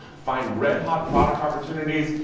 find red-hot product opportunities,